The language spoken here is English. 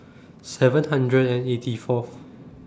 seven hundred and eighty Fourth